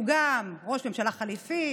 שהוא גם ראש ממשלה חליפי,